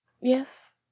yes